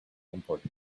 important